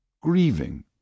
grieving